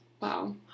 Wow